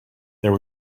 there